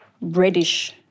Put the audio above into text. reddish